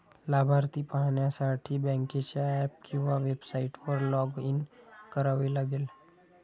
लाभार्थी पाहण्यासाठी बँकेच्या ऍप किंवा वेबसाइटवर लॉग इन करावे लागेल